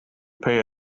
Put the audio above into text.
pay